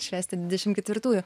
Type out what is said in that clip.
švęsti dvidešimt ketvirtųjų